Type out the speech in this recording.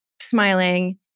smiling